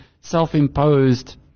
self-imposed